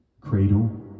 Cradle